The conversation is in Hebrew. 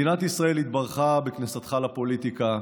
מדינת ישראל התברכה בכניסתך לפוליטיקה,